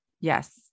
Yes